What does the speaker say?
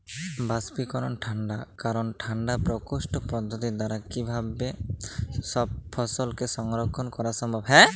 বাষ্পীকরন ঠান্ডা করণ ঠান্ডা প্রকোষ্ঠ পদ্ধতির দ্বারা কিভাবে ফসলকে সংরক্ষণ করা সম্ভব?